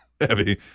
Heavy